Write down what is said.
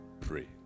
pray